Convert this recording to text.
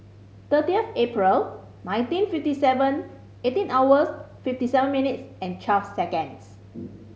thirtieth April nineteen fifty seven eighteen hours fifty seven minutes and twelve seconds